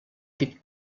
dit